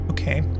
Okay